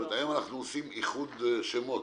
כלומר היום אנחנו עושים איחוד שמות.